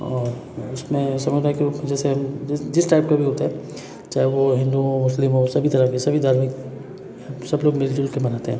और इसमें समुदाय के रूप में जैसे जिस जिस टाइप का भी होता है चाहे वह हिन्दू हो मुस्लिम हो सभी तरह के सभी धार्मिक सब लोग मिलजुल के मनाते हैं